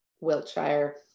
Wiltshire